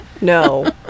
no